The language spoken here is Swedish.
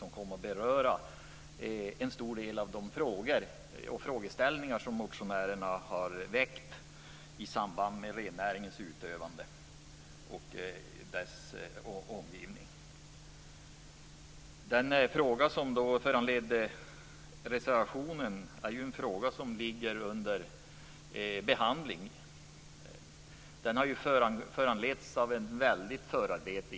Den kommer att beröra en stor del av de frågeställningar som motionärerna har tagit upp och som gäller rennäringens utövande och dess omgivning. Den fråga om föranlett reservationen är under behandling. Den har föregåtts av ett väldigt förarbete.